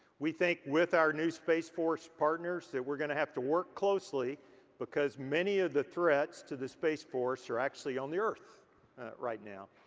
we think with our new space force partners that we're gonna have to work closely because many of the threats to the space force are actually on the earth right now.